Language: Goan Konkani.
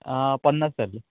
पन्नास जाल्ली